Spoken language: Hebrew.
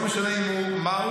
לא משנה מי הוא,